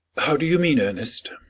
how do you mean, ernest?